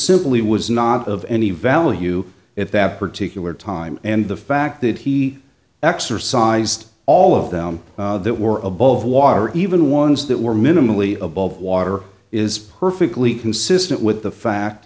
simply was not of any value at that particular time and the fact that he exercised all of them that were above water even ones that were minimally above water is perfectly consistent with the fact